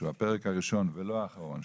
שהוא הפרק הראשון ולא האחרון,